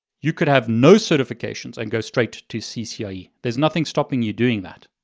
you could have no certifications and go straight to ccie. there's nothing stopping you doing that.